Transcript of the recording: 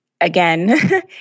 again